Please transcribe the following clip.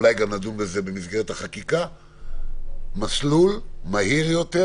אולי גם נדון בזה במסגרת החקיקה מסלול מהיר יותר